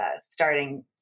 starting